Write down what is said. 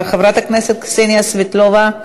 חברת הכנסת קסניה סבטלובה,